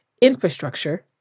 infrastructure